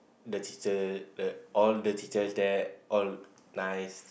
the teacher there all the teachers there all nice